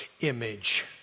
image